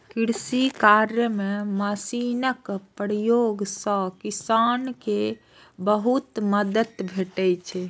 कृषि कार्य मे मशीनक प्रयोग सं किसान कें बहुत मदति भेटै छै